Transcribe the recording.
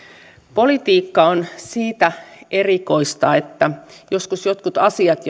politiikka on siitä erikoista että joskus jotkut asiat